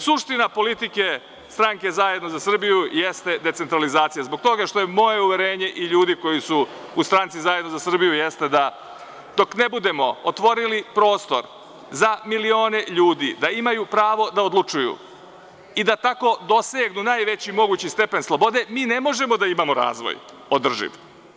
Suština politike stranke Zajedno za Srbiju jeste decentralizacija, zbog toga što moje uverenje i ljudi koji su u stranci Zajedno za Srbiju jeste da, dok ne budemo otvorili prostor za milione ljudi da imaju pravo da odlučuju i da tako dosegnu najveći mogući stepen slobode, mi ne možemo da imamo razvoj održiv.